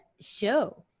show